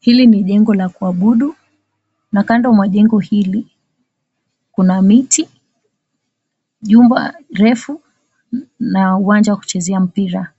Hili ni jengo la kuabudu, na kando mwa jengo hili, kuna miti, jumba refu na uwanja wa kuchezea mpira.